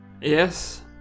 Yes